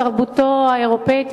תרבותו האירופית,